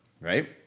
right